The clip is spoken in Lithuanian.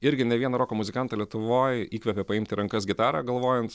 irgi ne vieną roko muzikantą lietuvoj įkvėpė paimti į rankas gitarą galvojant